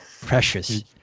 Precious